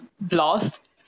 blast